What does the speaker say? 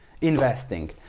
investing